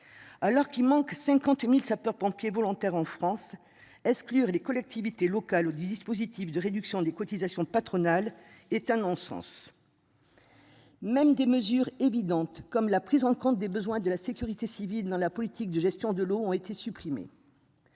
Alors qu'il manque 50.000 sapeurs-pompiers volontaires en France. Exclure les collectivités locales au du dispositif de réduction des cotisations patronales est un non-sens sens. Même des mesures évidentes, comme la prise en compte des besoins de la sécurité civile dans la politique de gestion de l'eau ont été supprimés.